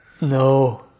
No